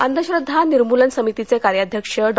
अंधश्रद्धा निर्मूलन समितीचे कार्याध्यक्ष डॉ